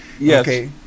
Yes